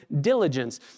diligence